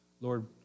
Lord